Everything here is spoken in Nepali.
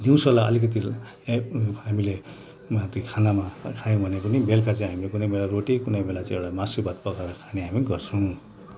दिउँसोलाई अलिकति हामीले माथि खानामा खायौँ भने पनि बेलुका चाहिँ हामीले कुनै बेला रोटी कुनै बेला चाहिँ एउटा मासु भात पकाएर खाने हामी गर्छौँ